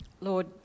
Lord